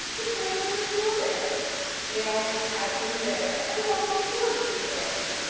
the toys were still there they always had been there and always would be there,